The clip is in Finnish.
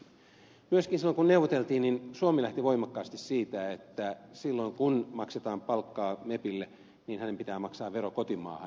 silloin kun neuvoteltiin suomi myöskin lähti voimakkaasti siitä että silloin kun maksetaan palkkaa mepille hänen pitää maksaa vero kotimaahan